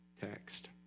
text